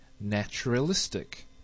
naturalistic